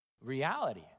reality